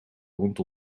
rond